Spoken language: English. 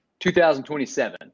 2027